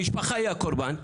המשפחה היא הקורבן,